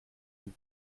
vous